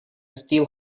still